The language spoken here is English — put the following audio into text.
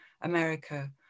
America